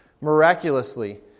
miraculously